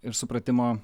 ir supratimo